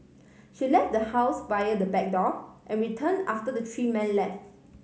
she left the house via the back door and return after the three men left